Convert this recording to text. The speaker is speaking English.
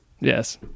yes